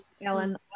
ellen